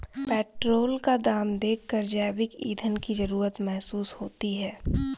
petrol का दाम देखकर जैविक ईंधन की जरूरत महसूस होती है